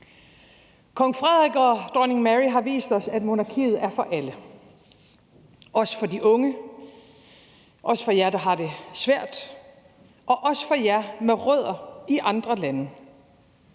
Kong Frederik og dronning Mary har vist os, at monarkiet er for alle, også for de unge, også for jer, der har det svært, og også for jer med rødder i andre lande.